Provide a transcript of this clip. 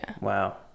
Wow